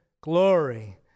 glory